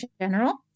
general